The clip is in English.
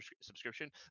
subscription